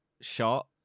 shot